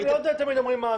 לא תמיד אומרים עד.